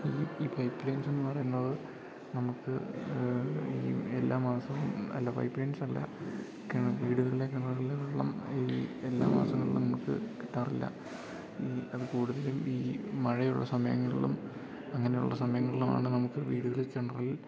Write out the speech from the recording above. ഈ ഈ പൈപ്പ് ലൈൻസ്ന്ന് പറയുന്നത് നമുക്ക് ഈ എല്ലാ മാസവും അല്ല പൈപ്പ് ലൈൻസല്ല കെണ വീടുകളിലെ കെണറുകളിലെ വെള്ളം ഈ എല്ലാ മാസങ്ങളിലും നമുക്ക് കിട്ടാറില്ല ഈ അത് കൂടുതലും ഈ മഴയുള്ള സമയങ്ങളിലും അങ്ങനെയുള്ള സമയങ്ങളിലുമാണ് നമുക്ക് വീടുകളിൽ കെണറിൽ